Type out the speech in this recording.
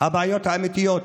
הבעיות האמיתיות,